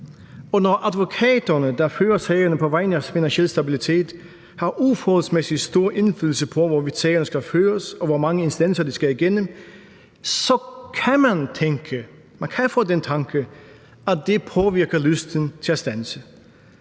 Og når advokaterne, der fører sagerne på vegne af Finansiel Stabilitet, har uforholdsmæssig stor indflydelse på, hvorvidt sagerne skal føres, og hvor mange instanser de skal igennem, så kan man få den tanke, at det påvirker lysten til at standse.